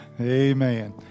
Amen